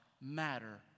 matter